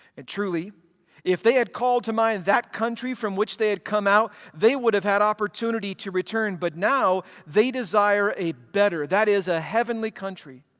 and truly if they had called to mind that country from which they had come out, they would have had opportunity to return. but now they desire a better, that is, a heavenly country.